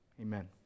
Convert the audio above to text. Amen